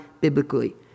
biblically